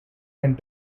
and